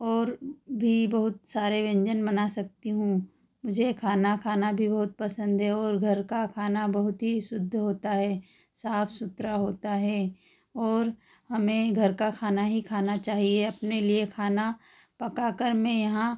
और भी बहुता सारे व्यंजन बना सकती हूँ मुझे खाना खाना भी बहुत पसंद है और घर का खाना बहुत ही शुद्ध होता है साफ़ सुथरा होता है और हमें घर का खाना ही खाना चाहिए अपने लिए खाना पका कर मैं यहाँ